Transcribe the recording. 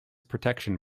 protection